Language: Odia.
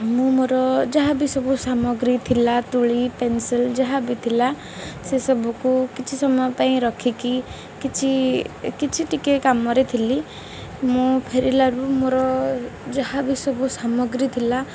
ମୁଁ ମୋର ଯାହା ବିି ସବୁ ସାମଗ୍ରୀ ଥିଲା ତୂଳୀ ପେନସିଲ୍ ଯାହା ବି ଥିଲା ସେସବୁକୁ କିଛି ସମୟ ପାଇଁ ରଖିକି କିଛି କିଛି ଟିକେ କାମରେ ଥିଲି ମୁଁ ଫେରିଲାରୁ ମୋର ଯାହା ବିି ସବୁ ସାମଗ୍ରୀ ଥିଲା